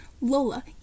Lola